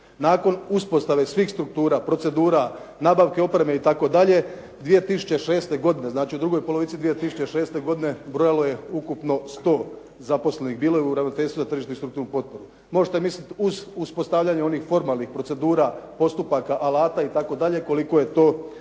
Nakon uspostave svih struktura, procedura, nabavke opreme itd. 2006. godine, znači u drugoj polovici 2006. godine brojalo je ukupno 100 zaposlenih, bilo je u Ravnateljstvu za tržišnu i strukturnu potporu. Možete misliti uz uspostavljanje onih formalnih procedura, postupaka, alata itd. koliko je to